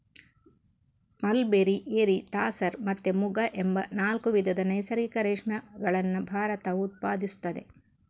mulberry, eri, tasar ಮತ್ತೆ ಮುಗ ಎಂಬ ನಾಲ್ಕು ವಿಧದ ನೈಸರ್ಗಿಕ ರೇಷ್ಮೆಗಳನ್ನ ಭಾರತವು ಉತ್ಪಾದಿಸ್ತದೆ